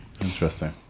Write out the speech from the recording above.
Interesting